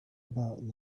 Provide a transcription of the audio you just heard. about